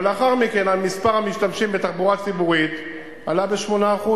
אבל לאחר מכן מספר המשתמשים בתחבורה הציבורית עלה ב-8%,